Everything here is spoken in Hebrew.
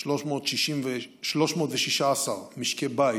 316 משקי בית